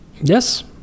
yes